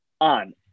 on